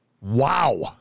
Wow